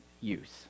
use